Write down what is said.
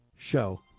show